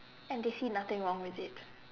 and they see nothing wrong with it